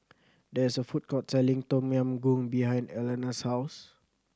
there is a food court selling Tom Yam Goong behind Elana's house